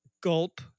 gulp